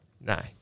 no